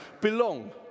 Belong